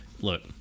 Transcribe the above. look